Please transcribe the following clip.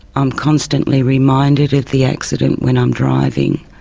i'm constantly reminded of the accident when i'm driving.